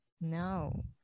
No